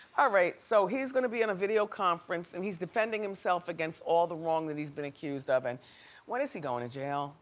ah right, so he's gonna be in a video conference and he's defending himself against all the wrong that he's been accused of. and when is he goin' to jail